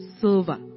silver